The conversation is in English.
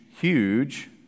huge